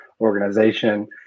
organization